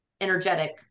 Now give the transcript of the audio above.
energetic